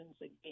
again